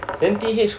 then T_H